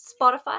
spotify